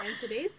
today's